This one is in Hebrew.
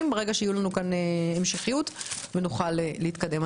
ברגע שתהיה לנו המשכיות ונוכל להתקדם.